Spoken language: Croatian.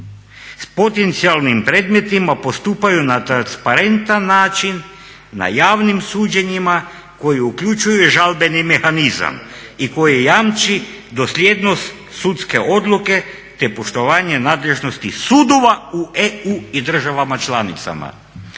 s potencijalnim predmetima postupaju na transparentan način na javnim suđenjima koji uključuje žalbeni mehanizam i koji jamči dosljednost sudske odluke te poštovanje nadležnosti sudova u EU i državama članicama.